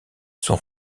son